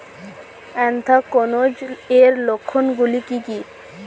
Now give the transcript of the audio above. Anthracnose এর লক্ষণ গুলো কি কি?